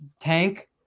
tank